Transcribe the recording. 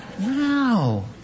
Wow